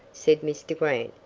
said mr. grant,